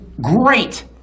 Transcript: great